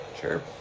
Sure